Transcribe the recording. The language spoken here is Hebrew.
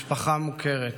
משפחה מוכרת.